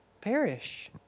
perish